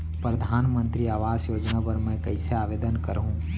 परधानमंतरी आवास योजना बर मैं कइसे आवेदन करहूँ?